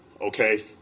okay